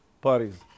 parties